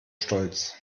stolz